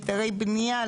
היתרי בנייה,